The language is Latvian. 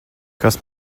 kas